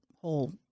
Whole